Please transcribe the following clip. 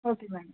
okay madam